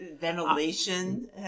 ventilation